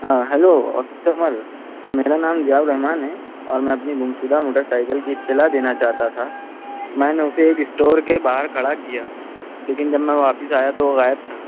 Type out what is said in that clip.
ہاں hello customer میرا نام ضیاء الرحمٰن ہے اور میں اپنی گمشدہ موٹر سائیکل کی اطلاع دینا چاہتا تھا میں نے اسے ایک اسٹور کے باہر کھڑا کیا لیکن جب میں واپس آیا تو غائب تھا